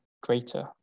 greater